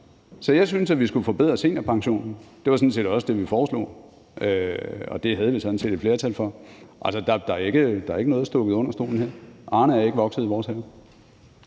Så jeg synes, at vi skulle forbedre seniorpensionen. Det var sådan set også det, vi foreslog, og det havde vi sådan set et flertal for. Altså, der er ikke noget stukket under stolen her. Arnepensionen er ikke vokset i vores have.